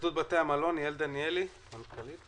התאחדות בתי המלון, יעל דניאלי בבקשה.